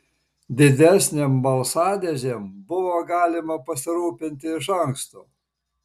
didesnėm balsadėžėm buvo galima pasirūpinti iš anksto